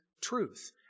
truth